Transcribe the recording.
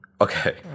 Okay